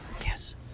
Yes